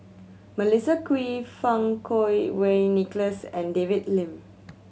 Melissa Kwee Fang Kuo Wei Nicholas and David Lim